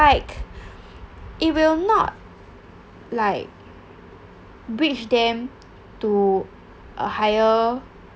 like it will not like breach them to a higher